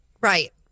Right